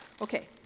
Okay